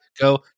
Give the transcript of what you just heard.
go